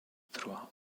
throughout